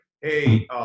Hey